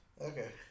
Okay